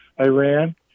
Iran